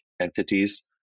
entities